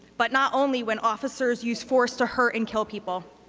but not only when officers use force to hurt and kill people.